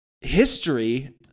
History